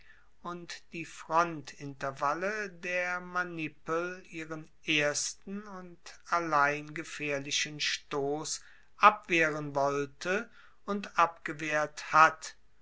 und die frontalintervalle der manipel ihren ersten und allein gefaehrlichen stoss abwehren wollte und abgewehrt hat